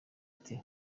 ati